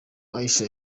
aisha